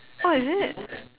orh is it